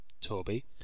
Toby